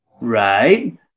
Right